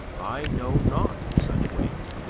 i know not of such ways.